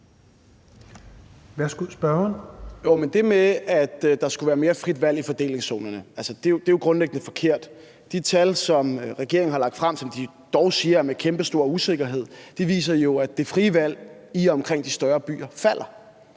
det med, at der skulle være et mere frit valg i fordelingszonerne, er jo grundlæggende forkert. De tal, som regeringen har lagt frem, og som de dog siger er forbundet med kæmpestor usikkerhed, viser jo, at det frie valg i og omkring de større byer falder,